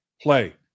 play